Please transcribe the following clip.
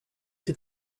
did